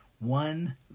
One